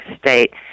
State